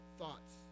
thoughts